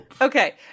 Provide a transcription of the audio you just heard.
Okay